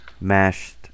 mashed